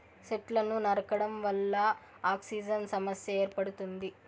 సెట్లను నరకడం వల్ల ఆక్సిజన్ సమస్య ఏర్పడుతుంది